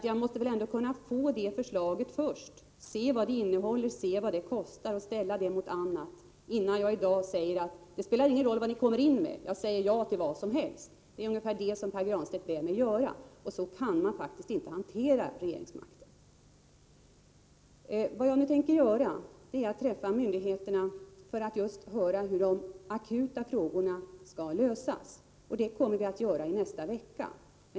Jag måste väl ändå få det först, se vad det innehåller och se vad det kostar och ställa det mot annat. Jag kan inte i dag säga att det spelar ingen roll vilket förslag som kommer, för jag säger ja till vad som helst. Det är ungefär det som Pär Granstedt ber mig göra. Så kan man faktiskt inte hantera regeringsmakten. Vad jag nu tänker göra är att träffa myndigheterna för att höra hur de akuta frågorna skall lösas. Det sammanträffandet äger rum i nästa vecka.